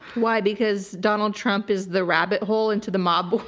why? because donald trump is the rabbit hole into the mob